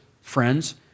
friends